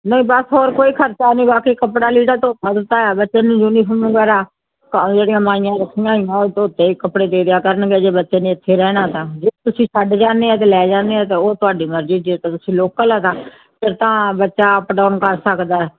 ਨਹੀਂ ਬਸ ਹੋਰ ਕੋਈ ਖਰਚਾ ਨਹੀਂ ਬਾਕੀ ਕੱਪੜਾ ਲੀੜਾ ਧੋਤਾ ਦਿੱਤਾ ਹੋਇਆ ਬੱਚੇ ਨੂੰ ਯੂਨੀਫੋਰਮ ਵਗੈਰਾ ਉਹ ਕ ਜਿਹੜੀਆਂ ਮਾਈਆਂ ਰੱਖੀਆਂ ਹੋਈਆਂ ਉਹ ਧੋਤੇ ਹੋਏ ਕੱਪੜੇ ਦੇ ਦਿਆ ਕਰਨ ਗੀਆਂ ਜੇ ਬੱਚੇ ਨੇ ਇੱਥੇ ਰਹਿਣਾ ਤਾਂ ਜੇ ਤੁਸੀਂ ਛੱਡ ਜਾਂਦੇ ਹੋ ਅਤੇ ਲੈ ਜਾਂਦੇ ਹੋ ਉਹ ਤੁਹਾਡੇ ਮਰਜੀ ਆ ਜੇ ਤਾਂ ਤੁਸੀਂ ਲੋਕਲ ਆ ਤਾਂ ਫਿਰ ਤਾਂ ਬੱਚਾ ਅਪ ਡਾਊਨ ਕਰ ਸਕਦਾ